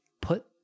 put